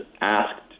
asked